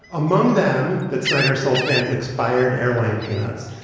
among them that snyder sold fans expired airline peanuts.